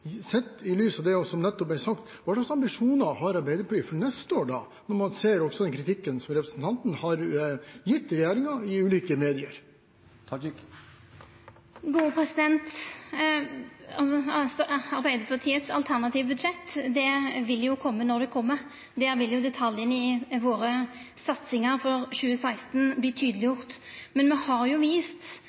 Sett i lys av det som nettopp er sagt, hva slags ambisjoner har Arbeiderpartiet for neste år, når man ser den kritikken som representanten har gitt regjeringen i ulike medier? Arbeidarpartiets alternative budsjett vil jo koma når det kjem. Der vil detaljane i våre satsingar for 2016 verta tydelege. Men me har jo vist,